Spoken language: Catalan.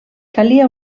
calia